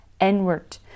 Inward